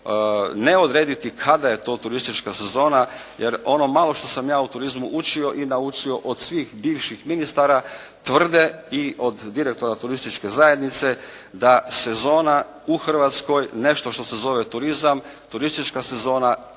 ne odrediti kada je to turistička sezona, jer ono malo što sam ja o turizmu učio i naučio od svih bivših ministara i od direktora turističke zajednice, tvrde da sezona u Hrvatskoj, nešto što se zove turizam, turistička sezona